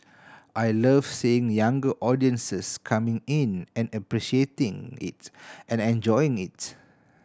I love seeing younger audiences coming in and appreciating it and enjoying it